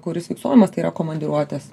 kuris fiksuojamas tai yra komandiruotes